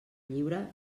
lliure